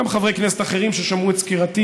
וגם חברי כנסת אחרים ששמעו את סקירתי